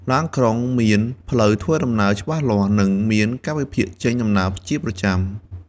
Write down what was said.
ឡានក្រុងមានផ្លូវធ្វើដំណើរច្បាស់លាស់ និងមានកាលវិភាគចេញដំណើរជាប្រចាំ។